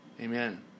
Amen